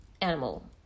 animal